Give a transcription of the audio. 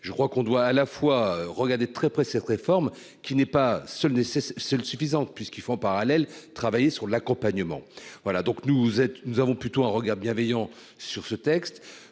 je crois qu'on doit à la fois regarder de très près cette réforme qui n'est pas seul nécessaire suffisante puisqu'il faut en parallèle travailler sur l'accompagnement voilà donc nous vous êtes nous avons plutôt un regard bienveillant sur ce texte,